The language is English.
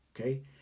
okay